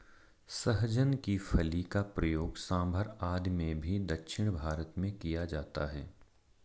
सहजन की फली का प्रयोग सांभर आदि में भी दक्षिण भारत में किया जाता है